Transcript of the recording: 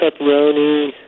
pepperoni